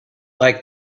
like